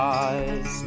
eyes